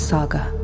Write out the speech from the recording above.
Saga